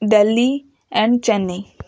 Delhi and Chennai